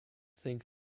think